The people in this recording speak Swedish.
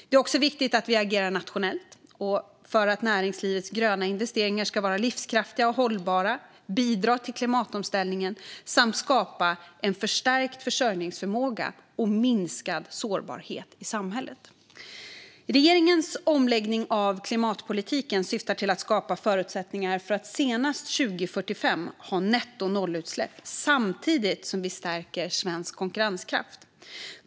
Det är också viktigt att vi agerar nationellt för att näringslivets gröna investeringar ska vara livskraftiga och hållbara, bidra till klimatomställningen samt skapa en förstärkt försörjningsförmåga och minskad sårbarhet i samhället. Regeringens omläggning av klimatpolitiken syftar till att skapa förutsättningar för att senast 2045 ha nettonollutsläpp samtidigt som vi stärker svensk konkurrenskraft.